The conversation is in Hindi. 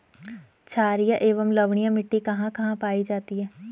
छारीय एवं लवणीय मिट्टी कहां कहां पायी जाती है?